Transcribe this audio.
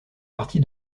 partie